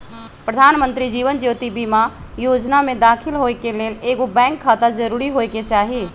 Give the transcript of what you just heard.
प्रधानमंत्री जीवन ज्योति बीमा जोजना में दाखिल होय के लेल एगो बैंक खाता जरूरी होय के चाही